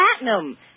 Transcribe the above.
platinum